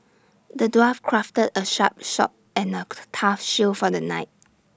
the dwarf crafted A sharp sword and act tough shield for the knight